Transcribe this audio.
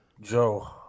Joe